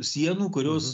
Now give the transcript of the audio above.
sienų kurios